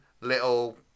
little